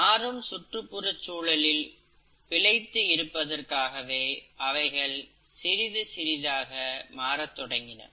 மாறும் சுற்றுப்புறச் சூழலில் பிழைத்து இருப்பதற்காகவே அவைகள் சிறிதுசிறிதாக மாறத் தொடங்கின